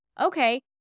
Okay